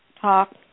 talk